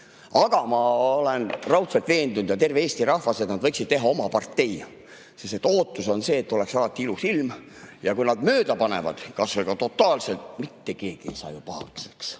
Aga ma olen raudselt veendunud ja terve Eesti rahvas on, et nad võiksid teha oma partei. Ootus on see, et oleks alati ilus ilm, ja kui nad mööda panevad, isegi totaalselt, siis mitte keegi ei saa pahaseks,